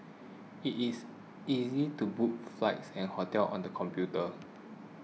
it is easy to book flights and hotels on the computer